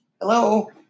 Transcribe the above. Hello